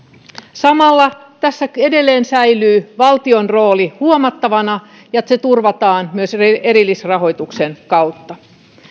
samalla tässä edelleen säilyy valtion rooli huomattavana ja se turvataan myös erillisrahoituksen kautta